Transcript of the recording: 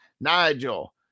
Nigel